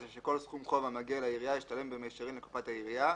ש"כל סכום חוב המגיע לעירייה ישתלם במישרין לקופת העירייה,